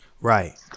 Right